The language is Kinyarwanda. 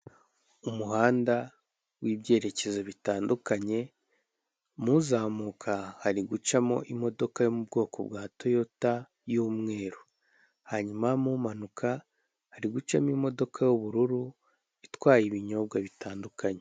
Umuhanda w'ibyerekezo bitandukanye, mu uzamuka hari gucamo imodoka yo mu bwoko bwa toyota y'umweru, hanyuma mu umanuka hari gucamo imodoka y'ubururu itwaye ibinyobwa bitandukanye.